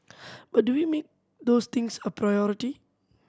but do we make those things a priority